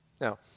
Now